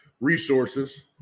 resources